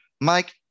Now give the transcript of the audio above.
Mike